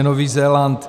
Nový Zéland.